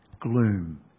gloom